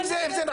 אם זה נכון,